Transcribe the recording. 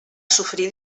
sofrir